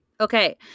Okay